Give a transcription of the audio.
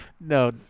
No